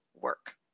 work